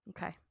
Okay